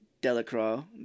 Delacroix